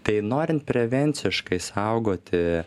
tai norint prevenciškai saugoti